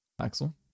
Axel